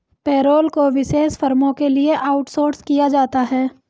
payroll को विशेष फर्मों के लिए आउटसोर्स किया जाता है